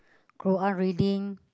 go out reading